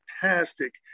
fantastic